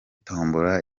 tombola